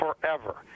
forever